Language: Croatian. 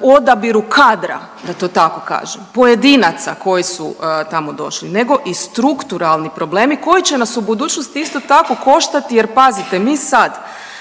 u odabiru kadra da to tako kažem, pojedinaca koji su tamo došli, nego i strukturalni problemi koji će nas u budućnosti isto tako koštati, jer pazite mi sad,